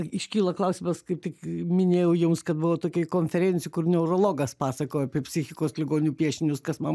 iškyla klausimas kaip tik minėjau jums kad buvau tokioj konferencijo kur neurologas pasakojo apie psichikos ligonių piešinius kas man